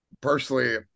personally